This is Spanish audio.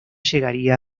llegaría